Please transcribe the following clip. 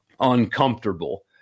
uncomfortable